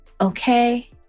Okay